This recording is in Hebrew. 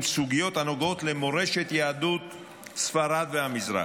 סוגיות הנוגעות למורשת יהדות ספרד והמזרח.